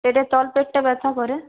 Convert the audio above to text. পেটের তলপেটটা ব্যথা করে